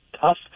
tough